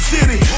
City